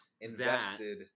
invested